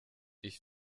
ich